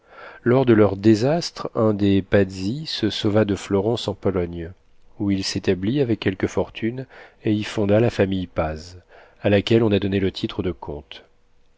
lors de leurs désastres un des pazzi se sauva de florence en pologne où il s'établit avec quelque fortune et y fonda la famille paz à laquelle on a donné le titre de comte